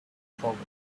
forward